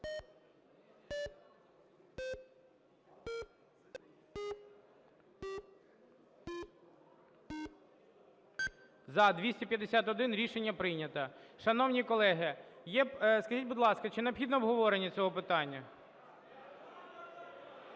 За-251 Рішення прийнято. Шановні колеги, скажіть, будь ласка, чи необхідне обговорення цього питання?